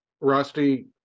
Rusty